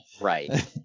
Right